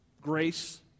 grace